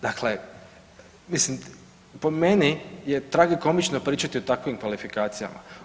Dakle, mislim po meni je tragikomično pričati o takvim kvalifikacijama.